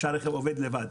שהרכב עובד לבד.